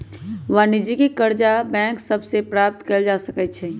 वाणिज्यिक करजा बैंक सभ से प्राप्त कएल जा सकै छइ